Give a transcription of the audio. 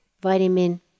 Vitamin